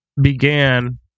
began